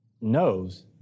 knows